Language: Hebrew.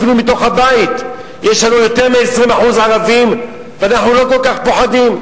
אפילו מתוך הבית יש לנו יותר מ-20% ערבים ואנחנו לא כל כך פוחדים.